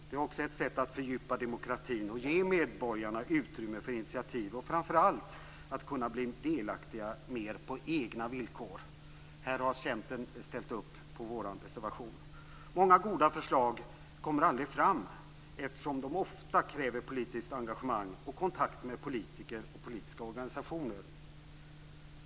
Det är också ett sätt att fördjupa demokratin och ge medborgarna utrymme för initiativ. Framför allt innebär det en möjlighet att kunna bli delaktig mer på egna villkor. Här har Centern ställt upp på vår reservation. Många goda förslag kommer aldrig fram eftersom de ofta kräver politiskt engagemang och kontakter med politiker och politiska organisationer.